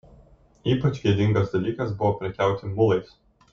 ypač gėdingas dalykas buvo prekiauti mulais